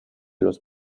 los